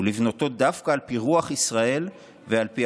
לבנותו דווקא על פי רוח ישראל ועל פי